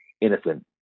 innocent